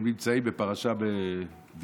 הם נמצאים בפרשה ב-delay.